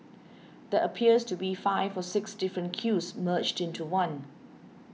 there appears to be five or six different queues merged into one